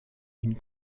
une